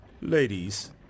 Ladies